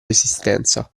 esistenza